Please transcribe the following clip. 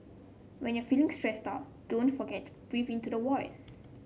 when you are feeling stressed out don't forget to breathe into the void